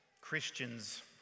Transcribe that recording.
Christians